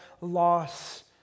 loss